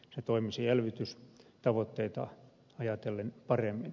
se toimisi elvytystavoitteita ajatellen paremmin